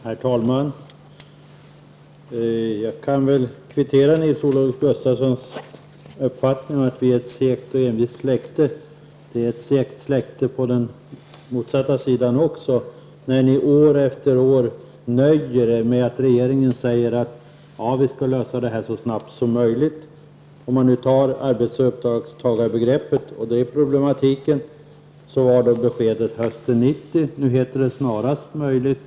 Herr talman! Jag kan också hålla med Nils-Olof Gustafsson om att vi är ett segt och envist släkte. Men det är ett segt släkte också på den motsatta sidan. År efter år nöjer ni er med att regeringen säger att problemen skall lösas så snabbt som möjligt. Beträffande arbets och uppdragstagarbegreppen var beskedet att den frågan skulle vara löst 1990. Nu säger man att den skall lösas snarast möjligt.